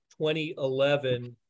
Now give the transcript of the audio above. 2011